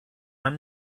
i’m